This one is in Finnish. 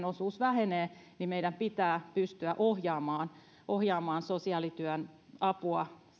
osuus vähenee meidän pitää pystyä ohjaamaan ohjaamaan sosiaalityön apua